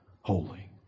holy